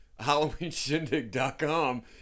HalloweenShindig.com